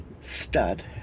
Stud